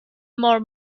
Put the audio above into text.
more